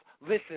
Listen